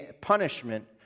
punishment